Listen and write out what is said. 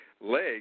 leg